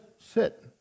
sit